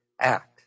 act